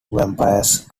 vampires